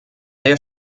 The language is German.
der